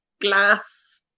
glass